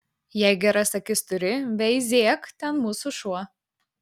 jei geras akis turi veizėk ten mūsų šuo